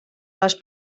les